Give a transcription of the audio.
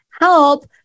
help